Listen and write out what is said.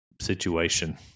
Situation